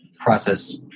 process